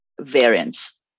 variants